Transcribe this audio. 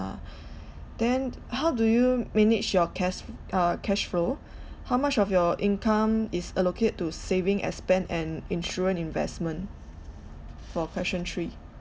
then how do you manage your cas~ uh cash flow how much of your income is allocate to saving expense and insurance investment for question three